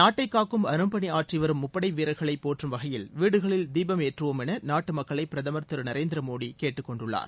நாட்டைக் காக்கும் அரும்பணி ஆற்றிவரும் முப்படை வீரர்களை போற்றும் வகையில் வீடுகளில் தீபம் ஏற்றுவோம் என நாட்டு மக்களை பிரதமர் திரு நரேந்திர மோடி கேட்டுக் கொண்டுள்ளார்